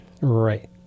Right